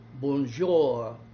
Bonjour